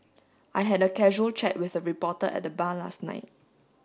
I had a casual chat with a reporter at the bar last night